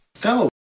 Go